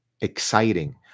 exciting